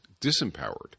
disempowered